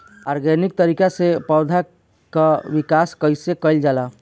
Organic तरीका से पौधा क विकास कइसे कईल जाला?